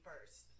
first